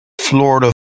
Florida